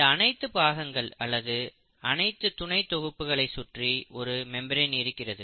இந்த அனைத்து பாகங்கள் அல்லது துணை தொகுப்புகளை சுற்றி ஒரு மெம்பிரேன் இருக்கிறது